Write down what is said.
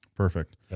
Perfect